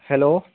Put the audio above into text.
hello